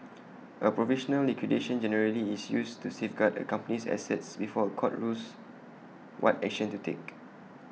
A provisional liquidation generally is used to safeguard A company's assets before A court rules what action to take